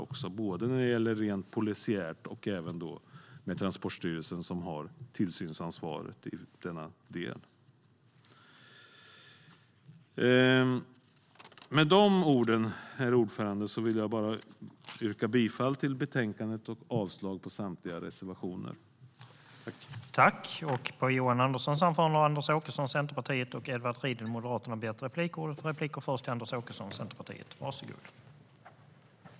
Det gäller både rent polisiärt och Transportstyrelsen, som har tillsynsansvaret i denna del.I detta anförande instämde Lars Mejern Larsson, Rikard Larsson, Pia Nilsson, Jasenko Omanovic, Leif Pettersson och Suzanne Svensson .